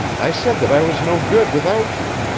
i said that i was no good without you,